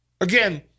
again